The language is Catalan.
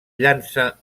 llança